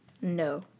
No